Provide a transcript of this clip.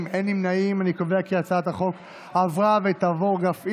ההצעה להעביר את הצעת חוק הסדרת העיסוק במקצועות הבריאות (תיקון,